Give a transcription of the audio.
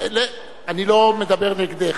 אני לא מדבר נגדך,